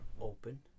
open